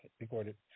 recorded